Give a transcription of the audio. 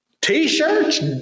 T-shirts